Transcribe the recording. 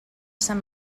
sant